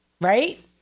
right